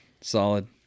Solid